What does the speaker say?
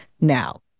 Now